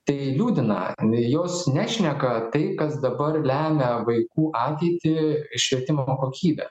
tai liūdina jos nešneka tai kas dabar lemia vaikų ateitį švietimo kokybę